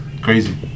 crazy